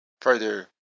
further